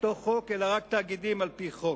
לתוך חוק, אלא רק תאגידים על-פי חוק.